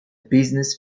business